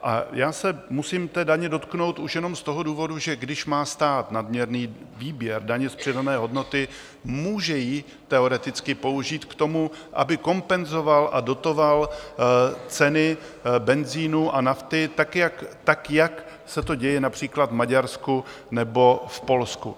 A já se musím té daně dotknout už jenom z toho důvodu, že když má stát nadměrný výběr daně z přidané hodnoty, může ji teoreticky použít k tomu, aby kompenzoval a dotoval ceny benzinu a nafty, tak jak se to děje například v Maďarsku nebo v Polsku.